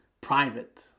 private